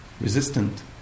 resistant